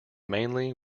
mainly